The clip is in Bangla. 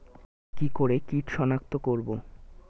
কি করে কিট শনাক্ত করব?